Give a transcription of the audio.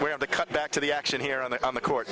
have to cut back to the action here on the on the court